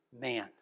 man